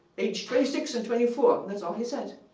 age twenty six and twenty four. that's all he said.